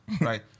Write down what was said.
right